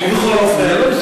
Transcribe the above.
זה לא מסובך.